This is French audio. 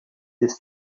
des